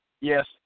yes